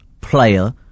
player